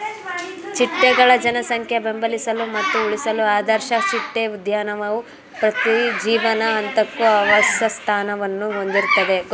ಚಿಟ್ಟೆಗಳ ಜನಸಂಖ್ಯೆ ಬೆಂಬಲಿಸಲು ಮತ್ತು ಉಳಿಸಲು ಆದರ್ಶ ಚಿಟ್ಟೆ ಉದ್ಯಾನವು ಪ್ರತಿ ಜೀವನ ಹಂತಕ್ಕೂ ಆವಾಸಸ್ಥಾನವನ್ನು ಹೊಂದಿರ್ತದೆ